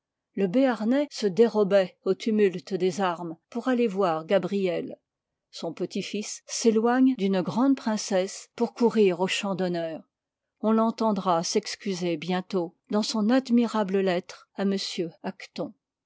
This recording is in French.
le béarnais se déroboit au tumulte des armes pour aller voir gabrielle son petit fds s'éloigne d'une grande princesse pour courir au champ d'honneur on l'entendra s'excuser bientôt dans son admirable lettre à